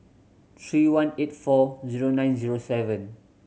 three one eight four zero nine zero seven